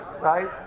right